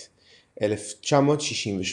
תשכ"ח-1968.